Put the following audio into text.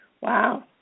wow